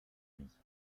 lit